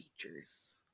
features